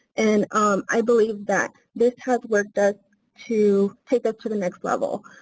and um i believe that this has worked us to take it to the next level.